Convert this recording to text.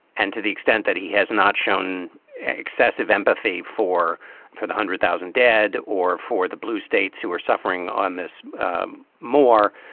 and to the extent that he has not shown excessive empathy for for the hundred thousand dead or for the blue states who are suffering on this more.